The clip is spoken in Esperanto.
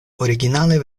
originale